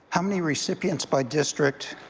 how many recipients by district,